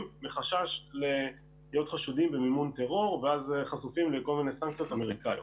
מחשש להיות חשודים במימון טרור ואז חשופים לכל מיני סנקציות אמריקאיות.